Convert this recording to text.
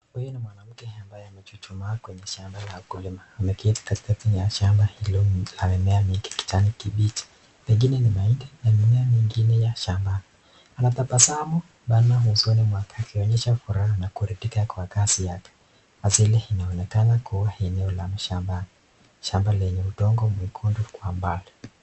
Huyu ni mwanamke ambaye amechuchumaa kwenye shamba la mkulima . Ameketi katikati ya shamba hilo la mimea ya kijani kibichi, pengine ni mahindi na mimea inginea ya shamba. Anatabasamu sana usoni mwake kuonyesha kuraha na kurithika kwa kazi yake. Hasili inaonekana kua maeneo ya shambani. Shamba lenye udongo mwekundu kwa mbali.